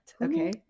Okay